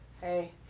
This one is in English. Hey